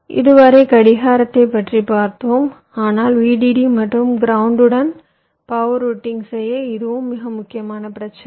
இதுவரை கடிகாரத்தைப் பற்றி பார்த்தோம் ஆனால் Vdd மற்றும் கிரவுண்டுடன் பவர் ரூட்டிங் செய்ய இதுவும் மிக முக்கியமான பிரச்சினை